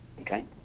Okay